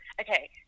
Okay